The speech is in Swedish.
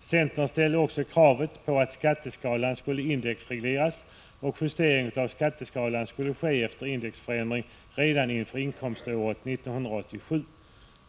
Centern ställde också kravet att skatteskalan skulle indexregleras och att justering av skatteskalan skulle ske efter indexförändring redan inför inkomståret 1987.